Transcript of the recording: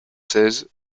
seize